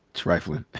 triflin'.